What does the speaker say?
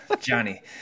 johnny